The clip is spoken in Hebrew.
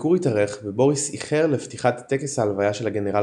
הביקור התארך ובוריס איחר לפתיחת טקס ההלוויה של הגנרל